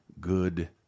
good